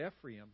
Ephraim